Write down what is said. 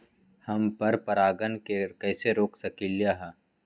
हम पर परागण के कैसे रोक सकली ह?